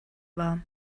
war